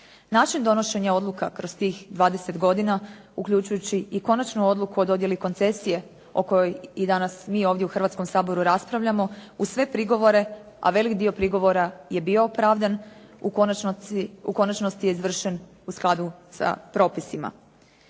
Naše donošenje odluka kroz tih 20 godina, uključujući i konačnu odluku o dodjeli koncesije, o kojoj i danas mi ovdje u Hrvatskom saboru raspravljamo, uz sve prigovore, a velik dio prigovora je bio opravdan, u konačnosti je izvršen u skladu sa propisima.